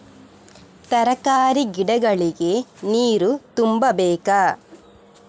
ತರಕಾರಿ ಗಿಡಗಳಿಗೆ ನೀರು ತುಂಬಬೇಕಾ?